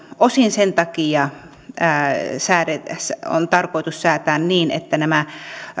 osin sen takia on tarkoitus säätää niin että nämä